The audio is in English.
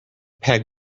peg